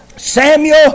Samuel